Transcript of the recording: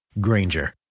Granger